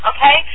Okay